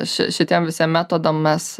ši šitiem visiem metodam mes